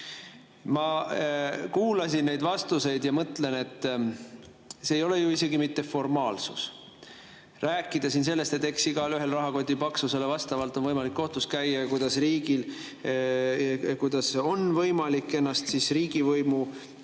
Ma kuulasin neid vastuseid ja mõtlen, et see ei ole ju isegi mitte formaalsus. Rääkida siin sellest, et eks igaühel rahakoti paksusele vastavalt on võimalik kohtus käia ja kuidas on võimalik ennast riigivõimu